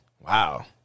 Wow